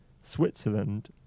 Switzerland